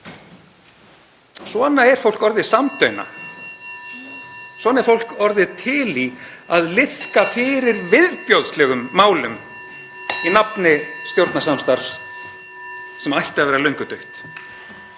Svona er fólk orðið samdauna. Svona er fólk orðið til í að liðka fyrir viðbjóðslegum málum í nafni stjórnarsamstarfs sem ætti að vera löngu dautt.